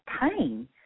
pain